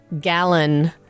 gallon